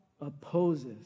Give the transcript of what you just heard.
opposes